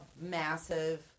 massive